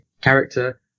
character